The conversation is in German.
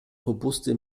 robuste